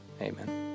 amen